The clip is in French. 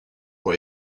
pour